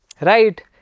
right